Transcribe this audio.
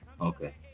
Okay